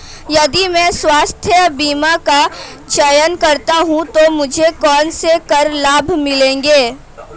यदि मैं स्वास्थ्य बीमा का चयन करता हूँ तो मुझे कौन से कर लाभ मिलेंगे?